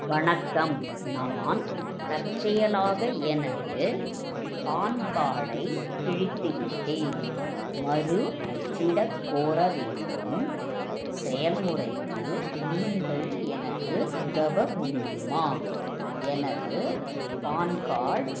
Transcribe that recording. வணக்கம் நான் தற்செயலாக எனது பான் கார்டை கிழித்திவிட்டேன் மறு அச்சிடக் கோர வேண்டும் செயல்முறைக்கு நீங்கள் எனக்கு உதவ முடியுமா எனது பான் கார்டு